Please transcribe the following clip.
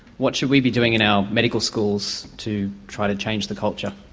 what should we be doing in our medical schools to try to change the culture?